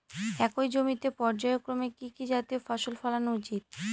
একই জমিতে পর্যায়ক্রমে কি কি জাতীয় ফসল ফলানো উচিৎ?